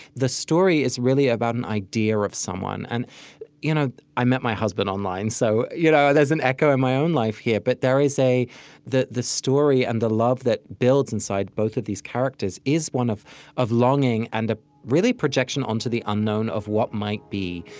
the story is really about an idea of someone. and you know i met my husband online, so you know there's an echo in my own life here. but there is a the the story and the love that builds inside both of these characters is one of of longing, and of ah really projection onto the unknown of what might be.